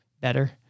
better